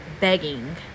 begging